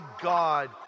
God